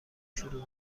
شروع